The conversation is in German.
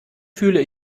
fühle